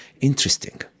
interesting